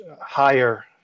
higher